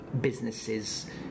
businesses